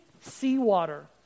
seawater